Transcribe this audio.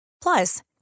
Plus